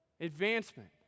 Advancement